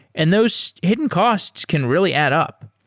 and those hidden costs can really add up.